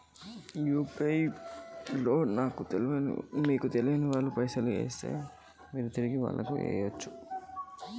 UPI లో నాకు తెల్వనోళ్లు పైసల్ ఎస్తే ఏం చేయాలి?